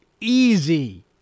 easy